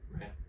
right